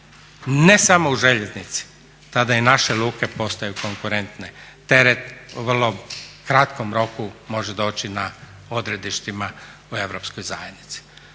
ne samo u željeznici tada i naše luke postaju konkurentne, teret u vrlo kratkom roku može doći na odredišta u europskoj zajednici.